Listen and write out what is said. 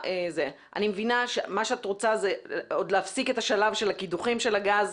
את רוצה להפסיק את השלב של הקידוחים של הגז,